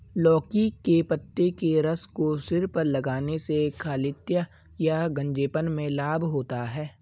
लौकी के पत्ते के रस को सिर पर लगाने से खालित्य या गंजेपन में लाभ होता है